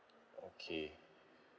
okay